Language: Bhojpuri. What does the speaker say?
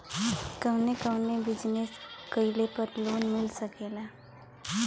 कवने कवने बिजनेस कइले पर लोन मिल सकेला?